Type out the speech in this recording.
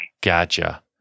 Gotcha